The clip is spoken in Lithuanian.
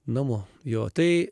namo jo tai